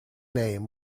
name